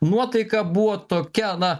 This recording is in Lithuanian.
nuotaika buvo tokia na